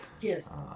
Yes